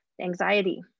anxiety